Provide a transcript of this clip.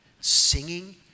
singing